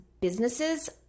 businesses